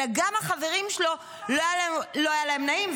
אלא גם לחברים שלו לא היה נעים,